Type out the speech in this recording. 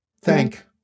Thank